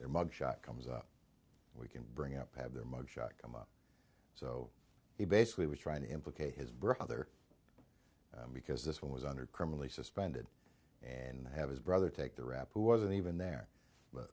their mug shot comes up we can bring up have their mug shot come up so he basically was trying to implicate his brother because this one was under criminally suspended and had his brother take the rap who wasn't even there